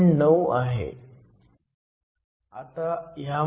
9 आहे